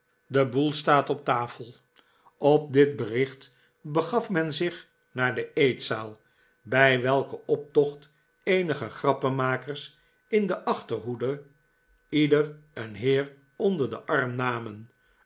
de boel staat op tafel op dit bericht begaf men zich naar de eetzaal bij welken optocht eenige grappenrnakers in de achterhoede ieder een heer onder den arm namen